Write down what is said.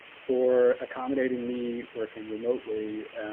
for accommodating me working remotely.